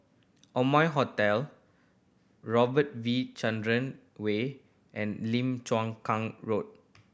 Amoy Hotel Robert V Chandran Way and Lim Chuang Kang Road